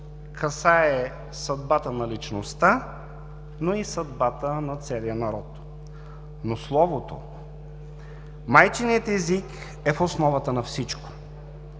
касае съдбата на личността, но и съдбата на целия народ. Но словото, майчиният език е в основата на всичко.